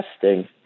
testing